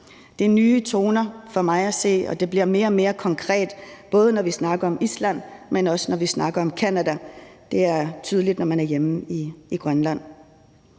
Det er nye toner for mig at se, og det bliver mere og mere konkret, både når vi snakker om Island, men også når vi snakker om Canada. Det er tydeligt, når man er hjemme i Grønland.